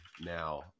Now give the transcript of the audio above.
now